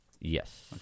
Yes